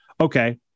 Okay